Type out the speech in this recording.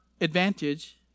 advantage